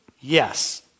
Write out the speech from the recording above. Yes